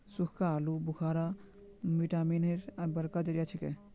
सुक्खा आलू बुखारा विटामिन एर बड़का जरिया छिके